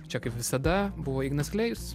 čia kaip visada buvo ignas klėjus